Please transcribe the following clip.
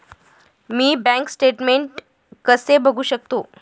मी bank statement कसे बघू शकतो?